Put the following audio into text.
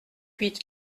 huit